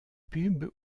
pub